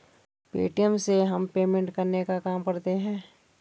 Paytm से हम payment करने का काम करते है